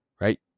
Right